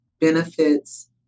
benefits